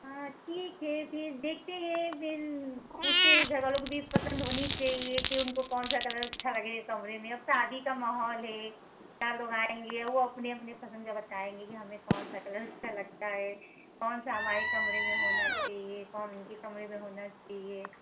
हाँ ठीक है फिर देखते हैं फिर पूछते हैं घर वालों को भी पसंद होनी चहिए कि उनको कौन सा कलर अच्छा लगेगा कमरे में अब शादी का माहौल है चार लोग आएंगे और वो अपने अपने पसंद का बताएंगे कि हमें कौन सा कलर अच्छा लगता है कौन सा हमारे कमरे में होना चाहिए कौन उनके कमरे में होना चाहिए